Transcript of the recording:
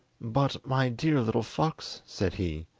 but, my dear little fox said he,